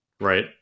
right